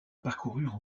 parcoururent